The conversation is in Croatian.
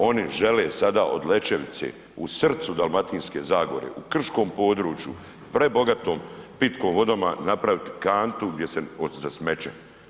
Oni žele sada od Lećevice u srcu Dalmatinske zagore, u krškom području prebogatom pitkom vodom napraviti kantu za smeće.